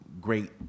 great